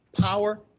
power